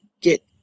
get